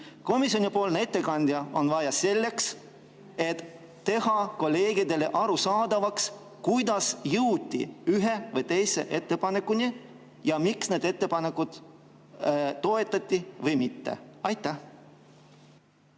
Komisjoni ettekannet on vaja selleks, et teha kolleegidele arusaadavaks, kuidas jõuti ühe või teise ettepanekuni ja miks neid ettepanekuid toetati või mitte. Härra